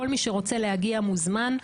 כל מי שרוצה להגיע, מוזמן,